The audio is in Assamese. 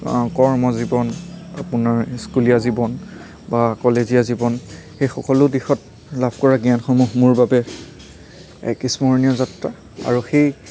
কৰ্ম জীৱন আপোনাৰ স্কুলীয়া জীৱন বা কলেজীয়া জীৱন সেই সকলো দিশত লাভ কৰা জ্ঞানসমূহ মোৰ বাবে এক স্মৰণীয় যাত্ৰা আৰু সেই